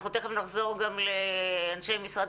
אנחנו גם תיכף נחזור אל אנשי משרד